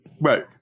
Right